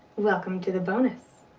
welcome to the bonus.